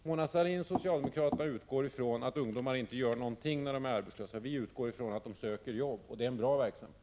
Mona Sahlin och socialdemokraterna utgår ifrån att ungdomarna inte gör någonting när de är arbetslösa. Vi utgår ifrån att de söker jobb, och det är en bra verksamhet.